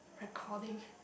according